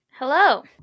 Hello